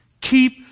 Keep